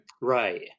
right